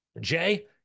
Jay